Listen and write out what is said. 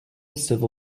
civil